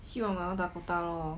希望拿到 dakota lor